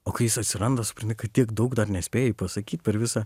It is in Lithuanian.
o kai jis atsiranda supranti kad tiek daug dar nespėjai pasakyt per visą